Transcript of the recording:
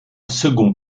second